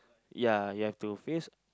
ya you have to face